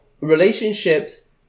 relationships